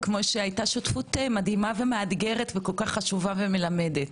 כמו שהייתה שותפות מדהימה ומאתגרת וכל כך חשובה ומלמדת,